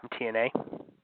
TNA